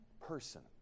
person